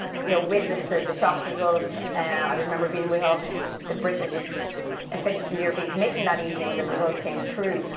you know, witnessed the the shock results, and i remember being with all the the british officials of the european commission that evening, when the result came through,